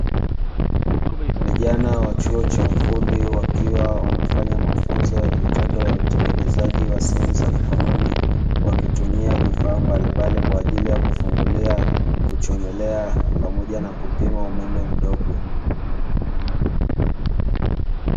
Vijana wa chuo cha ufundi wakiwa wanafanya mafunzo ya vitendo ya utengenezaji wa simu za mkononi, wakitumia vifaa mbalimbali kwa ajili ya kufungulia, kuchomelea pamoja na kupima umeme mdogo.